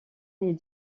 est